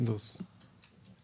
מיסוי בשוק הדיור.